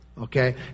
Okay